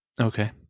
okay